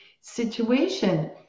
situation